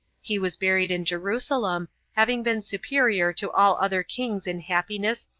he was buried in jerusalem, having been superior to all other kings in happiness,